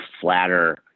flatter